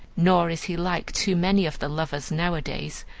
nor is he like too many of the lovers nowadays,